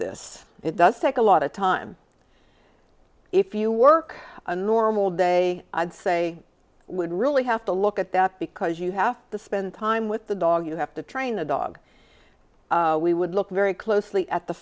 this it does take a lot of time if you work a normal day i'd say would really have to look at that because you have to spend time with the dog you have to train a dog we would look very closely at the